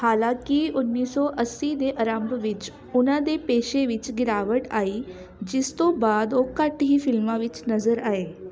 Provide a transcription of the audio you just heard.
ਹਾਲਾਂਕਿ ਉੱਨੀ ਸੌ ਅੱਸੀ ਦੇ ਅਰੰਭ ਵਿੱਚ ਉਹਨਾਂ ਦੇ ਪੇਸ਼ੇ ਵਿੱਚ ਗਿਰਾਵਟ ਆਈ ਜਿਸ ਤੋਂ ਬਾਅਦ ਉਹ ਘੱਟ ਹੀ ਫਿਲਮਾਂ ਵਿੱਚ ਨਜ਼ਰ ਆਏ